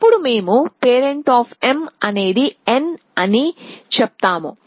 అప్పుడు మేము parent అనేది n అని చెప్తాము